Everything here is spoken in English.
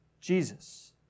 Jesus